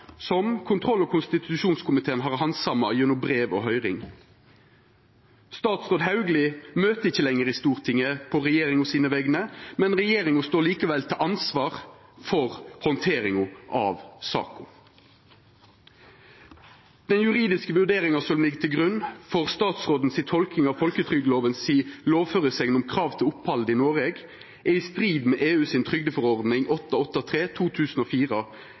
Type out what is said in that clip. som kontroll- og konstitusjonskomiteen har handsama gjennom brev og høyring. Statsråd Hauglie møter ikkje lenger i Stortinget på vegner av regjeringa , men regjeringa står likevel til ansvar for handteringa av saka. Den juridiske vurderinga som ligg til grunn for statsråden si tolking av om lovføresegna i folketrygdloven om krav til opphald i Noreg er i strid med EU si trygdeforordning